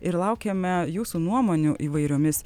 ir laukiame jūsų nuomonių įvairiomis